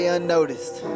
Unnoticed